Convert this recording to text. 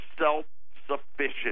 self-sufficient